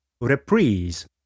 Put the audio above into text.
reprise